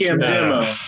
demo